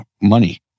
money